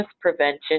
prevention